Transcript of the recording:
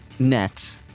net